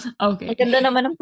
Okay